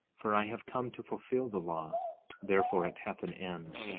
for i have come to fulfil the law therefore it hath an end.